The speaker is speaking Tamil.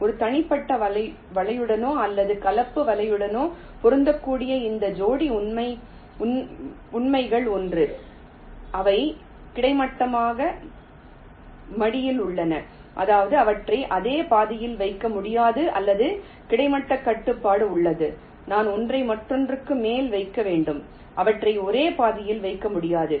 ஒரு தனிப்பட்ட வலையுடனோ அல்லது கலப்பு வலையுடனோ பொருந்தக்கூடிய இந்த ஜோடி உண்மைகள் ஒன்று அவை கிடைமட்டமாக மடியில் உள்ளன அதாவது அவற்றை இதே பாதையில் வைக்க முடியாது அல்லது கிடைமட்ட கட்டுப்பாடு உள்ளது நான் ஒன்றை மற்றொன்றுக்கு மேல் வைக்க வேண்டும் அவற்றை ஒரே பாதையில் வைக்க முடியாது